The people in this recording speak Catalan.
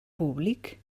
públic